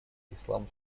ислам